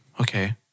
okay